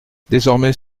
désormais